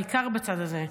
בעיקר בצד הזה,